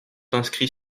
inscrits